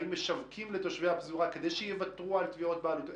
האם משווקים לתושבי הפזורה כדי שייוותרו על תביעות בעלות?